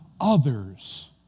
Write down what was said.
others